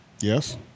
Yes